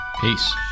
Peace